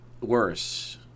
worse